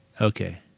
Okay